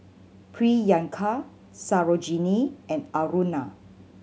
Priyanka Sarojini and Aruna